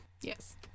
Yes